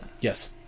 yes